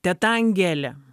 teta angelė